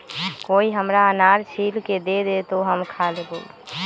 कोई हमरा अनार छील के दे दे, तो हम खा लेबऊ